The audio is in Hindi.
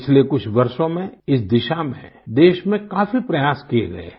पिछले कुछ वर्षों में इस दिशा में देश में काफी प्रयास किए गये हैं